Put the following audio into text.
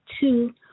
two